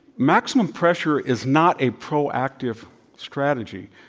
maximum pressure is not a pro-active strategy.